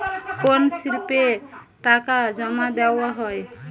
কোন স্লিপে টাকা জমাদেওয়া হয়?